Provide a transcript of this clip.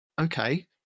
okay